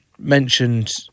mentioned